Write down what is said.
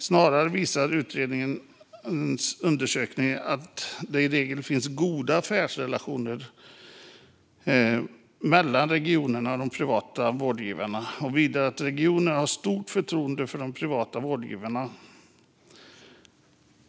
Snarare visar utredningens undersökning att det i regel finns goda affärsrelationer mellan regionerna och de privata vårdgivarna. Vidare framgår det att regionerna har stort förtroende för de privata vårdgivarna.